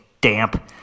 damp